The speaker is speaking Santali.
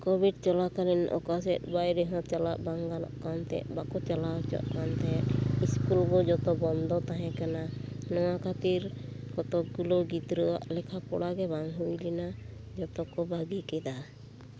ᱠᱳᱵᱷᱤᱰ ᱪᱚᱞᱟᱠᱟᱞᱤᱱ ᱚᱠᱟ ᱥᱮᱫ ᱵᱟᱭᱨᱮ ᱦᱚᱸ ᱪᱟᱞᱟᱜ ᱵᱟᱝ ᱜᱟᱱᱚᱜ ᱠᱟᱱ ᱛᱮ ᱵᱟᱠᱚ ᱪᱟᱞᱟᱣ ᱦᱚᱪᱚᱣᱟᱜ ᱠᱟᱱ ᱛᱟᱦᱮᱫ ᱥᱠᱩᱞ ᱠᱚ ᱡᱚᱛᱚ ᱵᱚᱱᱫᱚ ᱛᱟᱦᱮᱸ ᱠᱟᱱᱟ ᱱᱚᱣᱟ ᱠᱷᱟᱹᱛᱤᱨ ᱠᱚᱛᱚᱠᱜᱩᱞᱟᱹ ᱜᱤᱫᱽᱨᱟᱹ ᱟᱜ ᱞᱮᱠᱷᱟ ᱯᱚᱲᱟ ᱜᱮ ᱵᱟᱝ ᱦᱩᱭ ᱞᱮᱱᱟ ᱡᱚᱛᱚ ᱠᱚ ᱵᱟᱹᱜᱤ ᱠᱮᱫᱟ